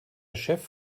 chef